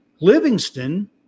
Livingston